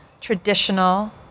traditional